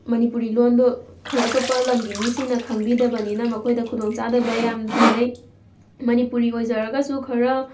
ꯃꯅꯤꯄꯨꯔꯤ ꯂꯣꯟꯗꯣ ꯑꯇꯣꯞꯄ ꯂꯝꯒꯤ ꯃꯤꯁꯤꯡꯅ ꯈꯪꯕꯤꯗꯕꯅꯤꯅ ꯃꯈꯣꯏꯗ ꯈꯨꯗꯣꯡ ꯆꯥꯗꯕ ꯌꯥꯝꯅ ꯊꯦꯡꯅꯩ ꯃꯅꯤꯄꯨꯔꯤ ꯑꯣꯏꯖꯔꯒꯁꯨ ꯈꯔ